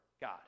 God